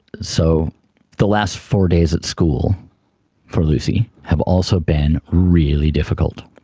so the last four days at school for lucy have also been really difficult.